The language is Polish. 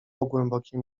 głębokie